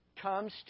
comes